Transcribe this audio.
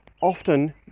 often